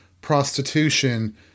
prostitution